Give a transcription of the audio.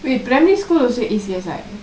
wait primary school also A_C_S_I